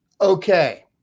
Okay